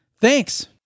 Thanks